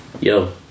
Yo